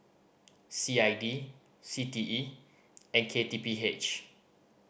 C I D C T E and K T P H